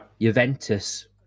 Juventus